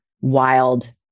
wild